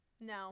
no